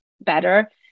better